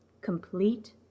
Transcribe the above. complete